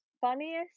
funniest